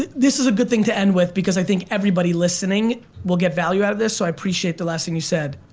this is a good thing to end with because i think everybody listening will get value out of this, so i appreciate the last thing you said.